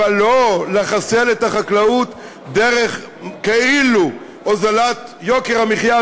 אבל לא לחסל את החקלאות דרך כאילו הוזלת יוקר המחיה.